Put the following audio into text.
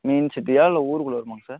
main சிட்டியா இல்லை ஊருக்குள்ளே வேணுமாங்க சார்